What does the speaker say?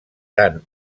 tant